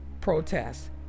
protests